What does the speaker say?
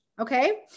okay